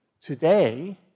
today